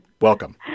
Welcome